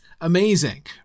amazing